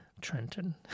Trenton